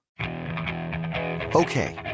Okay